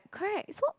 correct so